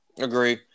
agree